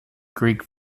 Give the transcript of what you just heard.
greek